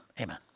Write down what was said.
Amen